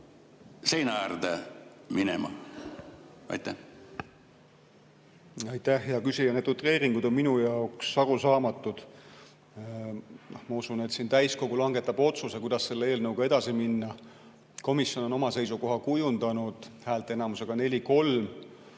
seina äärde minema? Aitäh, hea küsija! Need utreeringud on minu jaoks arusaamatud. Ma usun, et täiskogu langetab otsuse, kuidas selle eelnõuga edasi minna. Komisjon on oma seisukoha kujundanud häälteenamusega 4